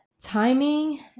timing